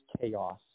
chaos